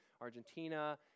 Argentina